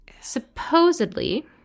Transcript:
Supposedly